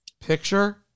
picture